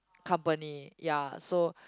company ya so